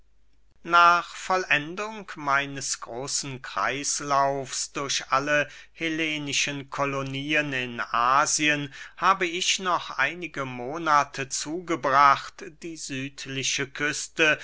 nach vollendung meines großen kreislaufs durch alle hellenischen kolonien in asien habe ich noch einige monate zugebracht die südliche küste